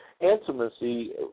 intimacy